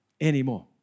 anymore